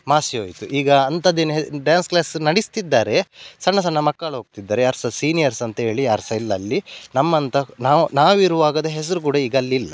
ಮಾಸಿ ಹೋಯಿತು ಈಗ ಅಂಥದ್ದು ಏನು ಡ್ಯಾನ್ಸ್ ಕ್ಲಾಸು ನಡೆಸ್ತಿದ್ದಾರೆ ಸಣ್ಣ ಸಣ್ಣ ಮಕ್ಕಳು ಹೋಗ್ತಿದ್ದಾರೆ ಯಾರೂ ಸಹ ಸೀನಿಯರ್ಸ್ ಅಂತ ಹೇಳಿ ಯಾರೂ ಸಹ ಇಲ್ಲ ಅಲ್ಲಿ ನಮ್ಮಂಥ ನಾವು ನಾವು ಇರುವಾಗಿದ್ದ ಹೆಸರು ಕೂಡ ಈಗ ಅಲ್ಲಿಲ್ಲ